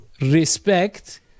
respect